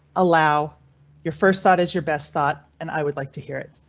allow your first thought is your best thought and i would like to hear it.